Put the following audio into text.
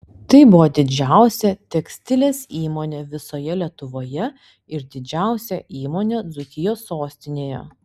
tai buvo didžiausia tekstilės įmonė visoje lietuvoje ir didžiausia įmonė dzūkijos sostinėje